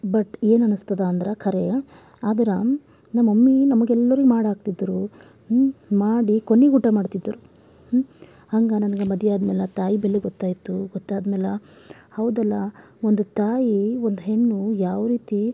but ಏನು ಅನ್ನಿಸ್ತದೆ ಅಂದ್ರೆ ಖರೆಯ ಆದರೂನು ನಮ್ಮಮ್ಮಿ ನಮಗೆಲ್ಲರಿಗೆ ಮಾಡಾಕ್ತಿದ್ರು ಮಾಡಿ ಕೊನೆಗೆ ಊಟ ಮಾಡ್ತಿದ್ದರು ಹಾಗೆ ನನಗೆ ಮದುವೆ ಆದಮೇಲೆ ತಾಯಿ ಬೆಲೆ ಗೊತ್ತಾಯಿತು ಗೊತ್ತಾದ್ಮೇಲೆ ಹೌದಲ್ಲ ಒಂದು ತಾಯಿ ಒಂದು ಹೆಣ್ಣು ಯಾವ ರೀತಿ